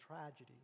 tragedy